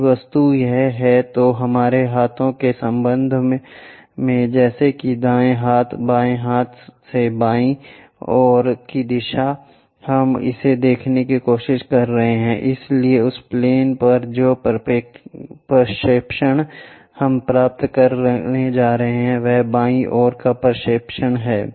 यदि वस्तु यह है तो हमारे हाथों के संबंध में जैसे कि दाएं हाथ बाएं हाथ से बाईं ओर की दिशा हम इसे देखने की कोशिश कर रहे हैं इसलिए उस प्लेन पर जो प्रक्षेपण हम प्राप्त करने जा रहे हैं वह बाईं ओर का प्रक्षेपण है